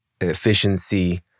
efficiency